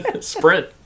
Sprint